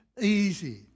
easy